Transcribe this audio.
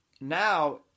now